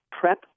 prep